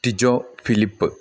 Dijo Philip